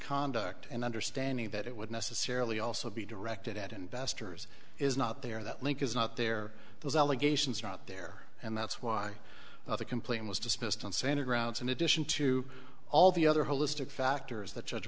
conduct and understanding that it would necessarily also be directed at investors is not there that link is not there those allegations are not there and that's why the complaint was dismissed in santa grounds in addition to all the other holistic factors that judge